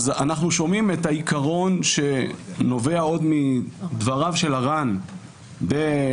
אנחנו שומעים את העיקרון שנובע עוד מדבריו של הר"ן בתקופת